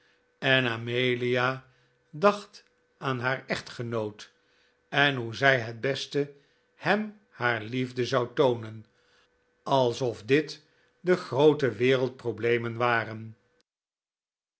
en amelia dacht aan haar echtgenoot en hoe zij het beste hem haar liefde zou toonen alsof dit de groote wereldproblemen waren